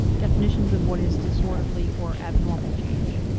definitions of what is disorderly or abnormal change.